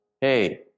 Hey